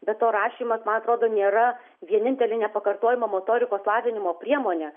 be to rašymas man atrodo nėra vienintelė nepakartojama motorikos lavinimo priemonė